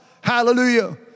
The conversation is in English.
Hallelujah